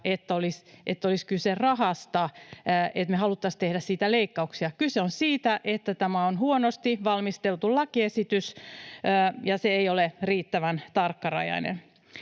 että olisi kyse rahasta, että me haluttaisiin tehdä siitä leikkauksia. Kyse on siitä, että tämä on huonosti valmisteltu lakiesitys ja se ei ole riittävän tarkkarajainen.